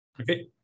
okay